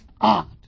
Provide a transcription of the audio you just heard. art